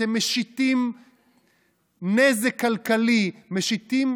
אתם משיתים נזק כלכלי, משיתים